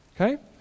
okay